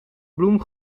bloem